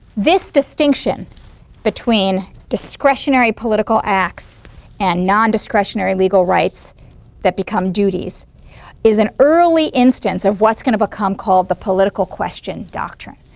this distinction between discretionary political acts and non-discretionary legal rights that become duties is an early instance of what's going to become called the political question doctrine.